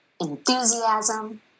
enthusiasm